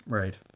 right